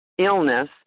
illness